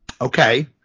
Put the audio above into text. Okay